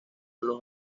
los